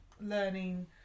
learning